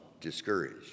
discouraged